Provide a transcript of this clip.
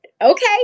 Okay